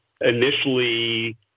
initially